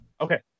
Okay